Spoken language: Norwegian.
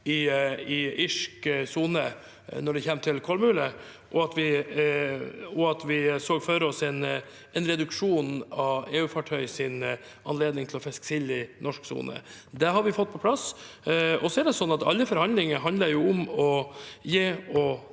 i irsk sone når det gjelder kolmule, og at vi så for oss en reduksjon av EU-fartøyers anledning til å fiske sild i norsk sone. Det har vi fått på plass. Så er det sånn at alle forhandlinger handler om å gi og